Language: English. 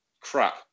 crap